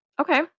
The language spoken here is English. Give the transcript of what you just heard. Okay